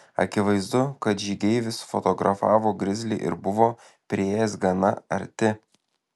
akivaizdu kad žygeivis fotografavo grizlį ir buvo priėjęs gana arti